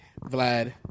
Vlad